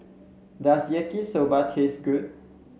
does Yaki Soba taste good